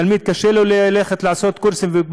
לתלמיד קשה ללכת לעשות קורסים,